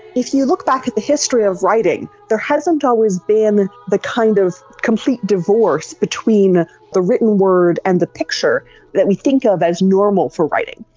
if you look back at the history of writing, there hasn't always been the kind of complete divorce between the written word and the picture that we think of as normal for writing.